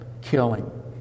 killing